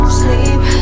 sleep